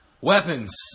Weapons